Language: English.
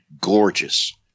gorgeous